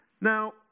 Now